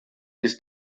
ist